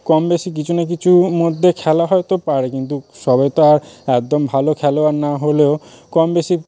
কম বেশি কিছু না কিছুর মধ্যে খেলা হয়তো পারে কিন্তু সবাই তো আর একদম ভালো খেলোয়াড় না হলেও কম বেশি